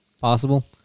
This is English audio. possible